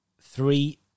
three